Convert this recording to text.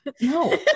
no